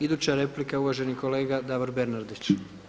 Iduća replika je uvaženi kolega Davor Bernardić.